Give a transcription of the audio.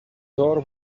door